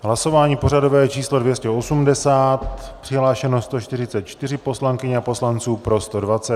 Hlasování pořadové číslo 280, přihlášeno 144 poslankyň a poslanců, pro 120.